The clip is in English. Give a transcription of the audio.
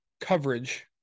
coverage